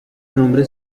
nombre